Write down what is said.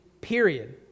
period